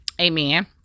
Amen